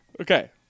Okay